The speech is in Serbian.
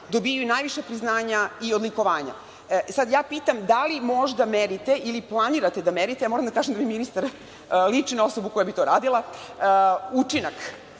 dobijaju najviša priznanja i odlikovanja. Sada pitam – da li možda merite, ili planirate da merite, moram da kažem da ministar liči na osobu koja bi to radila, učinak,